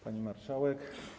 Pani Marszałek!